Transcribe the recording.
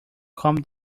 come